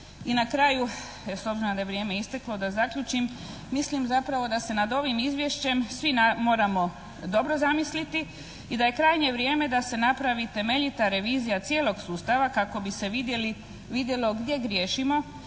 I na kraju, s obzirom da je vrijeme isteklo da zaključim, mislim zapravo da se nad ovim izvješćem svi moramo dobro zamisliti i da je krajnje vrijeme da se napravi temeljita revizija cijelog sustava kako bi se vidjelo gdje griješimo,